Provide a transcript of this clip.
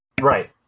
Right